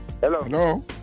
Hello